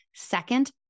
Second